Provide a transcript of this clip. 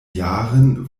jahren